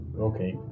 okay